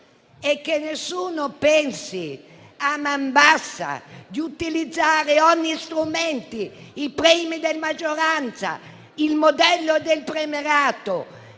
e che nessuno pensi a man bassa di utilizzare ogni strumento - il premio di maggioranza, il modello del premierato